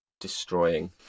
destroying